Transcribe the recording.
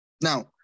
Now